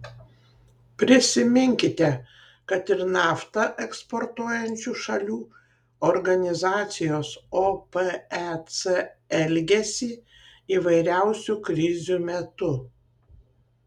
prisiminkite kad ir naftą eksportuojančių šalių organizacijos opec elgesį įvairiausių krizių metu